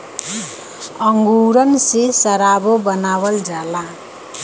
अंगूरन से सराबो बनावल जाला